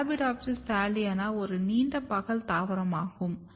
Arabidopsis thaliana ஒரு நீண்ட பகல் தாவரமாகும்